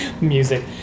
music